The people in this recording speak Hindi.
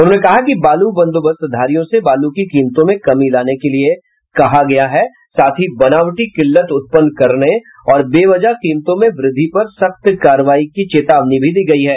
उन्होंने कहा कि बालू बंदोबस्तधारियों से बालू की कीमतों में कमी लाने के लिए कहा गया है साथ ही बनावटी किल्लत उत्पन्न करने और बेवहज कीमतों में वृद्धि पर सख्त कार्रवाई की चेतावनी भी दी गयी है